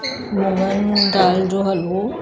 मुंङनि दालि जो हलवो